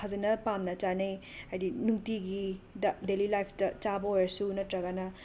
ꯐꯖꯅ ꯄꯥꯝꯅ ꯆꯥꯅꯩ ꯍꯥꯏꯗꯤ ꯅꯨꯡꯇꯤꯒꯤꯗ ꯗꯦꯂꯤ ꯂꯥꯏꯐꯇ ꯆꯥꯕ ꯑꯣꯏꯔꯁꯨ ꯅꯠꯇ꯭ꯔꯒꯅ